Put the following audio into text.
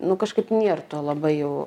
nu kažkaip nėr to labai jau